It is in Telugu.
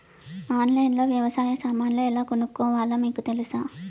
ఆన్లైన్లో లో వ్యవసాయ సామాన్లు ఎలా కొనుక్కోవాలో మీకు తెలుసా?